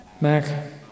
Mac